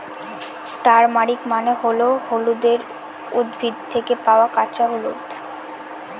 turmeric মানে হল হলুদের উদ্ভিদ থেকে পাওয়া কাঁচা হলুদ